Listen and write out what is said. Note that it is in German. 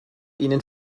ihnen